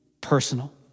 personal